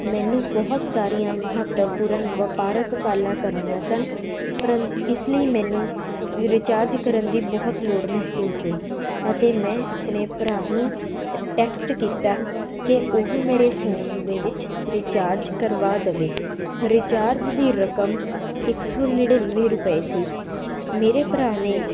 ਮੈਨੂੰ ਬਹੁਤ ਸਾਰੀਆਂ ਮਹੱਤਵਪੂਰਨ ਵਪਾਰਕ ਕਾਲਾਂ ਕਰਨੀਆਂ ਸਨ ਪ੍ਰੰਤ ਇਸ ਲਈ ਮੈਨੂੰ ਰਿਚਾਰਜ ਕਰਨ ਦੀ ਬਹੁਤ ਲੋੜ ਮਹਿਸੂਸ ਹੋਈ ਅਤੇ ਮੈਂ ਆਪਣੇ ਭਰਾ ਨੂੰ ਟੈਕਸਟ ਕੀਤਾ ਕਿ ਉਹ ਮੇਰੇ ਫੋਨ ਦੇ ਵਿੱਚ ਰਿਚਾਰਜ ਕਰਵਾ ਦੇਵੇ ਰਿਚਾਰਜ ਦੀ ਰਕਮ ਇੱਕ ਸੌ ਨੜਿਨਵੇਂ ਰੁਪਏ ਸੀ ਮੇਰੇ ਭਰਾ ਨੇ